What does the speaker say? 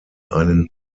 einen